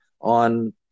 on